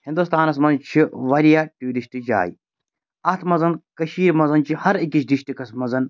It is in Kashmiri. ہِنٛدوستانَس منٛز چھِ واریاہ ٹیوٗرِسٹ جایہِ اَتھ منٛز کٔشیٖرِ منٛز چھِ ہَر أکِس ڈِسٹِکَس منٛز